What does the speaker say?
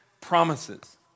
promises